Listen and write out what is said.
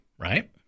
right